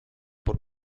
por